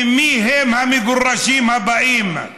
ומיהם המגורשים הבאים?